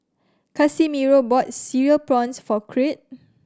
Casimiro bought Cereal Prawns for Creed